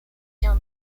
się